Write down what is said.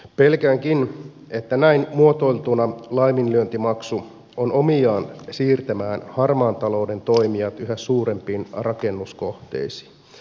pelkäänkin että näin muotoiltuna laiminlyöntimaksu on omiaan siirtämään harmaan talouden toimia yhä suurempiin rakennuskohteisiin